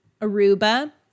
Aruba